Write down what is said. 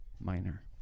Minor